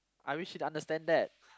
I wished he'd understand that